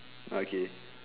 okay